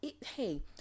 Hey